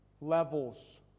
levels